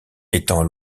étant